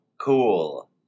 cool